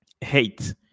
hate